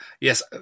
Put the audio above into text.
Yes